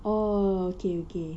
oh okay okay